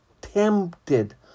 tempted